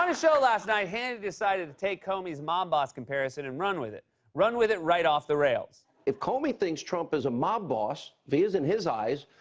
and show last night, hannity decided to take comey's mob boss comparison and run with it run with it right off the rails. if comey thinks trump is a mob boss, is in his eyes,